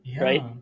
right